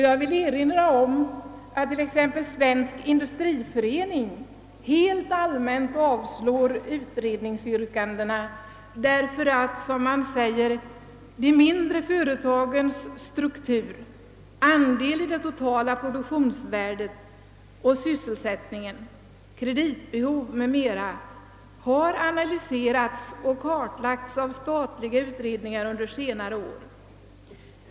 Jag vill erinra om att t.ex. Svensk industriförening helt allmänt avstyrker utredningsyrkandena därför att, som det heter, de mindre företagens struktur, andel i det totala produktionsvärdet och sysselsättningen, kreditbehov m.m. har analyserats och kartlagts av statliga utredningar under senare år.